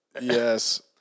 Yes